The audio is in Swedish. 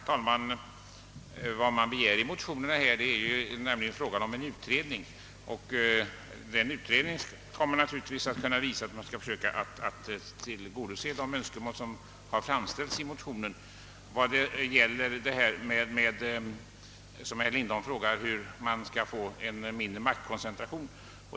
Herr talman! I motionerna begärs en utredning av frågan. En sådan utredning kommer naturligtvis att kunna visa, om man bör försöka tillgodose de önskemål i övrigt som framställts i motionen. Herr Lindholm frågar hur man skall få till stånd en mindre maktkoncentration.